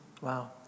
Wow